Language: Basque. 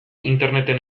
interneten